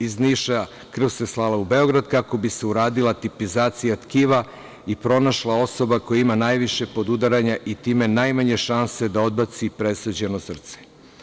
Iz Niša kvr se slala u Beograd kako bi se uradila tipizacija tkiva i pronašla osoba koja ima najviše podudaranja i time najmanje šansi da odbaci presađeno srce.